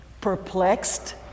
perplexed